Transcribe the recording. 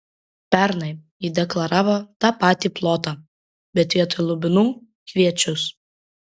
pernai ji deklaravo tą patį plotą bet vietoj lubinų kviečius